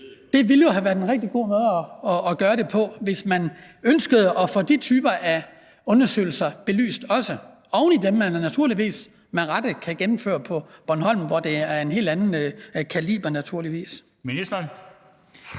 Det ville jo have været en rigtig god måde at gøre det på, hvis man også ønskede at få det belyst – naturligvis oven i de undersøgelser, man med rette kan gennemføre på Bornholm, hvor det er af en helt anden kaliber.